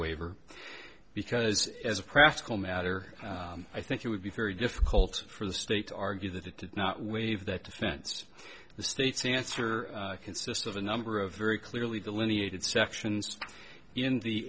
waiver because as a practical matter i think it would be very difficult for the state argue that it did not waive that defense the state's answer consist of a number of very clearly delineated sections